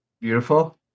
Beautiful